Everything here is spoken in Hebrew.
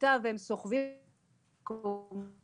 כיתה והם סוחבים את התפאורה במזוודות,